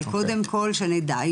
אבל קודם כל שנדע,